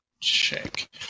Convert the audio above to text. Check